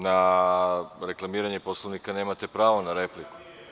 Na reklamiranje Poslovnika nemate pravo na repliku.